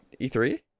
E3